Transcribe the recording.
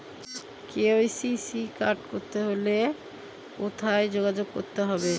KCC card করতে হলে কোথায় যোগাযোগ করতে হবে?